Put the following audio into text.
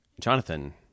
Jonathan